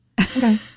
okay